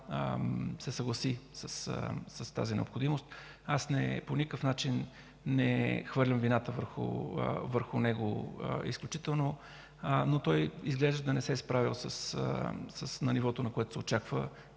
се съгласи с тази необходимост. По никакъв начин не хвърлям вината върху него изключително, но той изглежда не се е справил на нивото, на което се очаква,